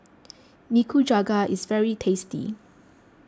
Nikujaga is very tasty